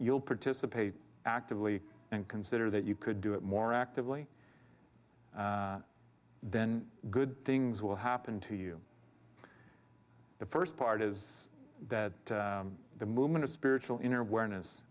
you'll participate actively and consider that you could do it more actively then good things will happen to you the first part is that the movement of spiritual inner awareness